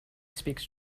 speaks